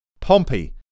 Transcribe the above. Pompey